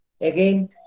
again